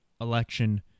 election